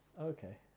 Okay